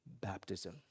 baptism